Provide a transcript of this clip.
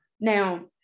Now